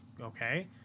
okay